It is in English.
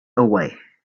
away